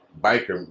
Biker